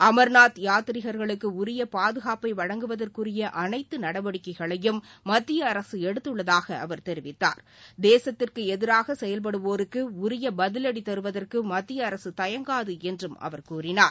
அமர்நாத் யாத்ரிகர்களுக்கு உரிய பாதுகாப்பை வழங்குவதற்குரிய அனைத்து நடவடிக்கைகளையும் மத்திய அரசு எடுத்துள்ளதாக அவர் தெரிவித்தார் தேசத்திற்கு எதிராக செயல்படுவோருக்கு உரிய பதிலடி தருவதற்கு மத்திய அரசு தயங்காது என்றும் அவர் கூறினார்